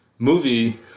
movie